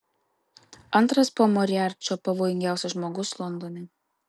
antras po moriarčio pavojingiausias žmogus londone